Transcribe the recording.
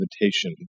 invitation